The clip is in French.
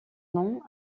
nom